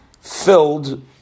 filled